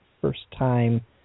first-time